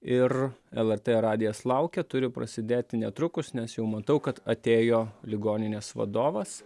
ir lrt radijas laukia turi prasidėti netrukus nes jau matau kad atėjo ligoninės vadovas